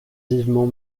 vivement